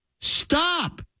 Stop